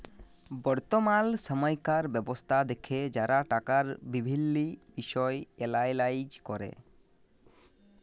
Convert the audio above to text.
বর্তমাল সময়কার ব্যবস্থা দ্যাখে যারা টাকার বিভিল্ল্য বিষয় এলালাইজ ক্যরে